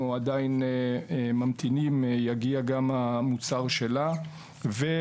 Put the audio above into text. עדיין ממתינים למוצר של הוועדה הממשלתית,